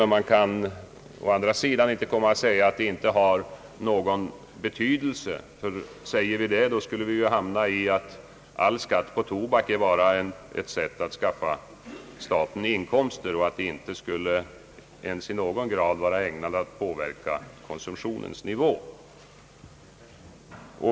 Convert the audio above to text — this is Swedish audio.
Men man kan å andra sidan inte säga att skatten inte har någon betydelse i detta hänseende — säger vi det skulle vi ju hamna i att all skatt på tobak bara är ett sätt att skaffa staten inkomster och inte ens i någon grad skulle vara ägnad att påverka konsumtionens nivå.